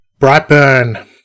Brightburn